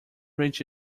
reach